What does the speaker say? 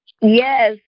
Yes